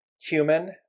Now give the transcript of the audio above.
human